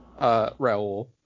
Raul